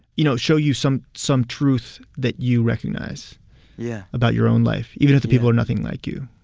you know, show you some some truth that you recognize yeah about your own life, even if the people are nothing like you,